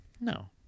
No